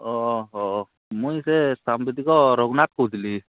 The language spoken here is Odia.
ଓହୋ ମୁଇଁ ସେ ସାମ୍ବାଦିକ ରଘୁନାଥ କହୁଥିଲି